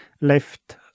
left